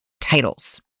titles